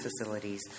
facilities